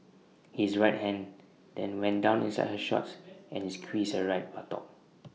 his right hand then went down inside her shorts and he squeezed her right buttock